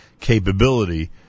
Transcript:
capability